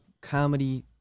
Comedy